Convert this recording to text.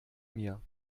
mir